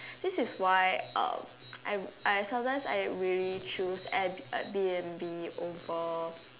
this is why um I I sometimes I really choose Airbnb over